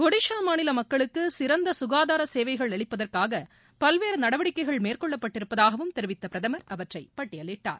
ஒடிஸா மாநில மக்களுக்கு சிறந்த சுகாதார சேவைகள் அளிப்பதற்காக பல்வேறு நடவடிக்கைகள் மேற்கொள்ளப்பட்டிருப்பதாகவும் தெரிவித்த பிரதமர் அவற்றை பட்டியலிட்டார்